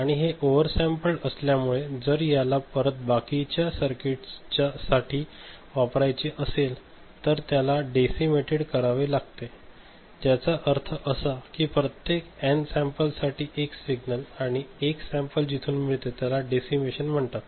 आणि हे ओव्हरसॅमपल्ड असल्यामुळे जर याला परत बाकीच्या सर्किटसाठी वापरायचे असेल तर त्याला डेसिमेटेड करावे लागते ज्याचा अर्थ असा कि प्रत्येक एन सॅम्पल साठी 1 सिग्नल आणि 1 सॅम्पल जिथून मिळते त्याला डेसिमेशन म्हणतात